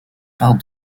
part